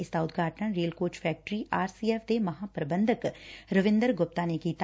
ਇਸ ਦਾ ਉਦਘਾਟਨ rail coach factory R C F ਦੇ ਮਹਾ ਪ੍ਰਬੰਧਕ ਰਵਿੰਦਰ ਗੁਪਤਾ ਨੇ ਕੀਤਾ